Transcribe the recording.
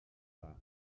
dda